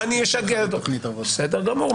בסדר גמור.